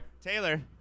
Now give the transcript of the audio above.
Taylor